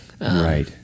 right